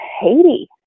haiti